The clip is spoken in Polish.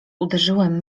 uderzyłem